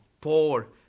poor